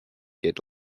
did